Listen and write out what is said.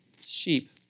Sheep